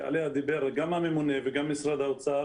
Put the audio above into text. שעליה דיבר גם הממונה וגם משרד האוצר,